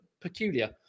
peculiar